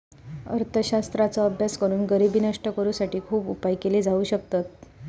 अर्थशास्त्राचो अभ्यास करून गरिबी नष्ट करुसाठी खुप उपाय केले जाउ शकतत